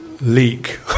leak